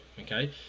okay